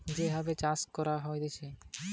ছাদ ছাদ মাটি কেটে যে ভাবে চাষ করা হতিছে